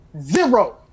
zero